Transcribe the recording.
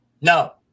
No